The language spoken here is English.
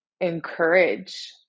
encourage